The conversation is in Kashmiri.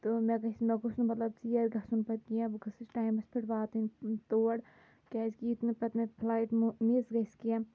تہٕ مےٚ گَژھِ مےٚ گوٚژھ نہٕ مگر ژیر گژھُن پَتہٕ کیٚنٛہہ بہٕ گٔژھٕس ٹایمَس پٮ۪ٹھ واتٕنۍ تور کیٛازِکہِ یُتھ نہٕ پَتہٕ مےٚ فُلایٹ مو مِس گژھِ کیٚنٛہہ